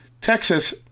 Texas